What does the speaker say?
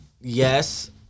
yes